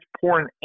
porn